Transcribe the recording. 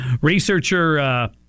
Researcher